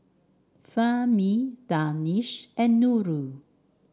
Fahmi Danish and Nurul